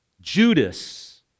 Judas